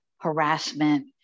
harassment